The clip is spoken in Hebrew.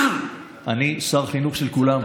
אני שר חינוך של כולם.